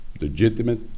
legitimate